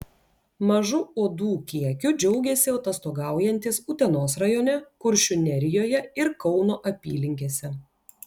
mažu uodų kiekiu džiaugėsi atostogaujantys utenos rajone kuršių nerijoje ir kauno apylinkėse